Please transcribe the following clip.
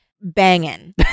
banging